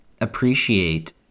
appreciate